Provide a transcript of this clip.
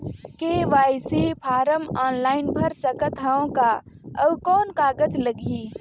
KYC form online भर सकत हवं का? अउ कौन कागज लगही?